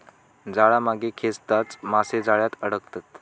जाळा मागे खेचताच मासे जाळ्यात अडकतत